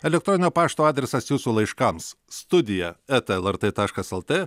elektroninio pašto adresas jūsų laiškams studija eta lrt taškas lt